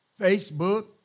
Facebook